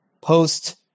post